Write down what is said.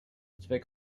zweck